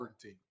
team